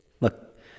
look